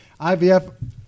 IVF